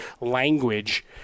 language